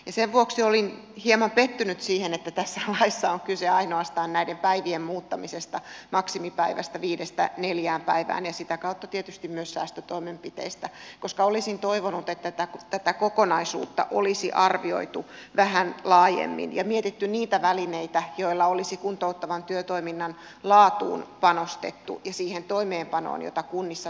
sen vuoksi olin hieman pettynyt siihen että tässä laissa on kyse ainoastaan näiden päivien muuttamisesta maksimipäivistä viidestä neljään päivään ja sitä kautta tietysti myös säästötoimenpiteistä koska olisin toivonut että tätä kokonaisuutta olisi arvioitu vähän laajemmin ja mietitty niitä välineitä joilla olisi kuntouttavan työtoiminnan laatuun panostettu ja siihen toimeenpanoon jota kunnissa tapahtuu